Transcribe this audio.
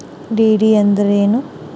DD ಅಂದ್ರೇನು?